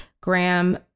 Graham